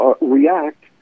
react